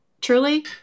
truly